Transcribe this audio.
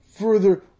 further